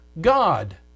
God